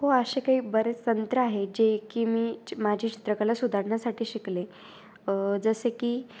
हो असे काही बरेच तंत्र आहे जे की मी माझी चित्रकला सुधारण्यासाठी शिकले जसे की